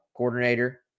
Coordinator